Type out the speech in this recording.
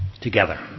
Together